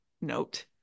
note